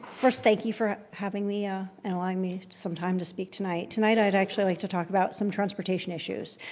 first, thank you for having me ah and allowing me some time to speak tonight. tonight i'd actually like to talk about some transportation issues.